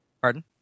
Pardon